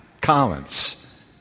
Collins